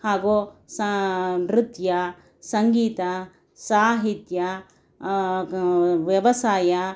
ಹಾಗೂ ಸಾ ನೃತ್ಯ ಸಂಗೀತ ಸಾಹಿತ್ಯ ವ್ಯವಸಾಯ